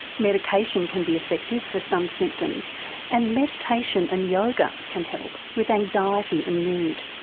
medication can be effective for some symptoms and meditation and yoga can help with anxiety and mood.